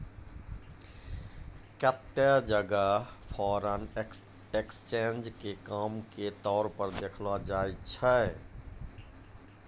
केत्तै जगह foreign exchange के काम के तौर पर देखलो जाय छै